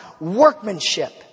workmanship